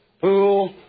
pool